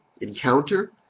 encounter